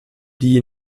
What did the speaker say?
die